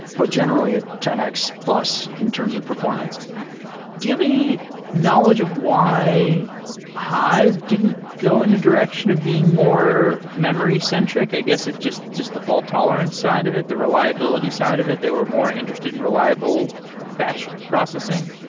but generally, ah ten x plus in terms of performance do you have any knowledge of why hive didn't go in the direction of being more memory-centric? i guess just just the fault tolerance side of it, the reliability side of it. they were more interested in reliable batch processing.